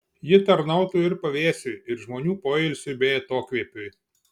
ji tarnautų ir pavėsiui ir žmonių poilsiui bei atokvėpiui